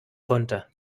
konnte